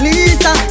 Lisa